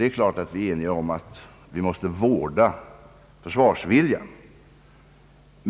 Det är kiart att vi är eniga om att vi måste vårda försvarsviljan.